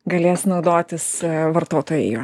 galės naudotis vartotojai juo